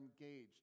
engaged